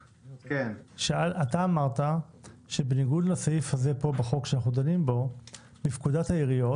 אתה אמרת שבניגוד לסעיף הזה פה בחוק שאנחנו דנים בו בפקודת העיריות